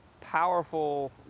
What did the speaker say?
powerful